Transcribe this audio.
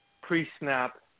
pre-snap